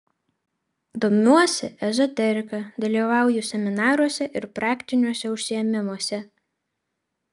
domiuosi ezoterika dalyvauju seminaruose ir praktiniuose užsiėmimuose